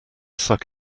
suck